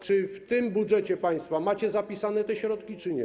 Czy w tym budżecie państwa macie zapisane te środki, czy nie?